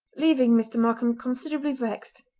leaving mr. markam considerably vexed,